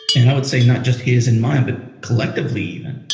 and i would say not just his and mine, but collectively even.